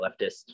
leftist